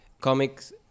comics